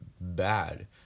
bad